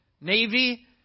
Navy